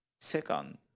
Second